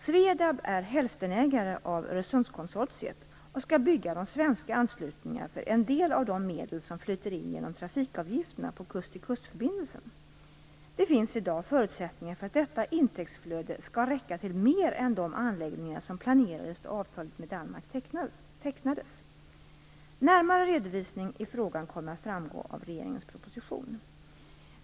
SVEDAB är hälftenägare av Öresundskonsortiet och skall bygga de svenska anslutningarna för en del av de medel som flyter in genom trafikavgifterna på kusttill-kust-förbindelsen. Det finns i dag förutsättningar för att detta intäktsflöde skall räcka till mer än de anläggningar som planerades då avtalet med Danmark tecknades. Närmare redovisning i frågan kommer att framgå av regeringens proposition.